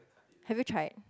have you tried